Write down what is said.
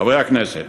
חברי הכנסת,